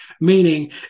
meaning